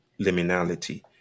liminality